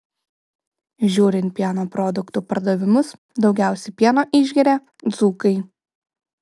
žiūrint pieno produktų pardavimus daugiausiai pieno išgeria dzūkai